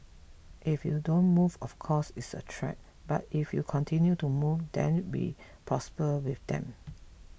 if you don't move of course it's a threat but if you continue to move then we prosper with them